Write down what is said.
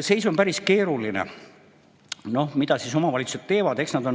Seis on päris keeruline. Mida siis omavalitsused teevad? Eks nad